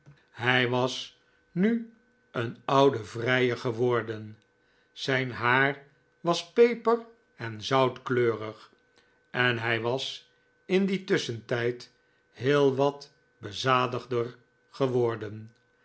hij was nu een oude vrijer geworden zijn haar was peper en zoutkleurig en hij was in dien tusschentijd heel wat bezadigder geworden